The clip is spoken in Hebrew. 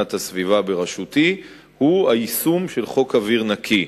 להגנת הסביבה בראשותי הוא היישום של חוק אוויר נקי,